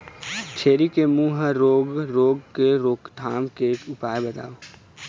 छेरी के मुहा रोग रोग के रोकथाम के उपाय बताव?